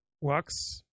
works